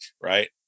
right